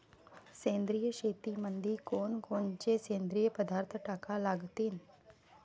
सेंद्रिय शेतीमंदी कोनकोनचे सेंद्रिय पदार्थ टाका लागतीन?